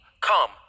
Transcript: come